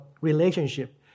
relationship